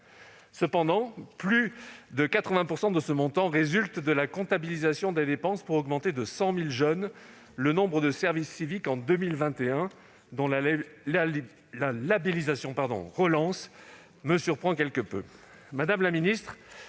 Cependant, plus de 80 % de ce montant résulte de la comptabilisation des dépenses tendant à augmenter de 100 000 le nombre de jeunes en service civique en 2021, dont la labellisation « relance » me surprend quelque peu. Madame la secrétaire